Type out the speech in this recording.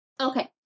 Okay